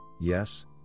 yes